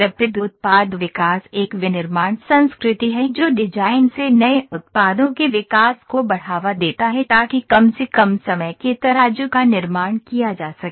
rapid उत्पाद विकास एक विनिर्माण संस्कृति है जो डिजाइन से नए उत्पादों के विकास को बढ़ावा देता है ताकि कम से कम समय के तराजू का निर्माण किया जा सके